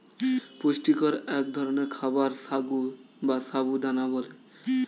পুষ্টিকর এক ধরনের খাবার সাগু বা সাবু দানা বলে